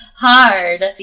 hard